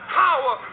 power